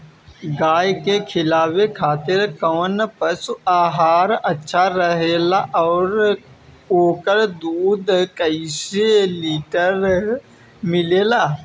गाय के खिलावे खातिर काउन पशु आहार अच्छा रहेला और ओकर दुध कइसे लीटर मिलेला?